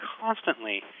constantly